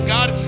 God